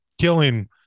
killing